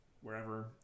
wherever